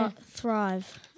thrive